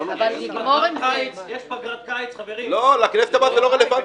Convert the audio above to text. יש פגרת קיץ --- לכנסת הבאה זה לא רלוונטי.